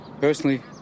Personally